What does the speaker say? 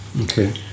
okay